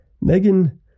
Megan